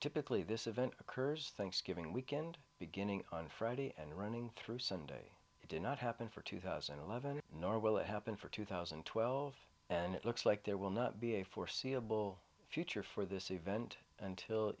typically this event occurs thanksgiving weekend beginning on friday and running through sunday it did not happen for two thousand and eleven nor will it happen for two thousand and twelve and it looks like there will not be a foreseeable future for this event until